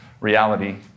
reality